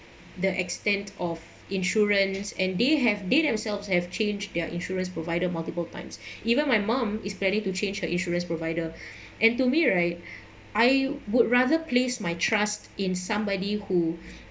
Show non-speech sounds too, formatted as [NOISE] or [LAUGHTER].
the extent of insurance and they have they themselves have changed their insurance provider multiple times [BREATH] even my mom is planning to change her insurance provider [BREATH] and to me right I would rather place my trust in somebody who